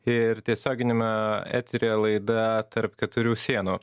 ir tiesioginiame eteryje laida tarp keturių sienų